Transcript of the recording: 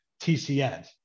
TCN